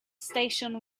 station